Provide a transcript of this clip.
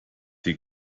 die